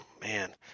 man